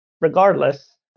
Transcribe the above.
regardless